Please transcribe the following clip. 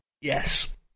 Yes